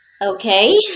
Okay